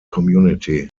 community